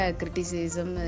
criticism